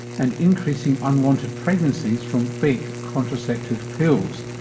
and increasing unwanted pregnancies from fake contraceptive pills,